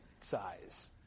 size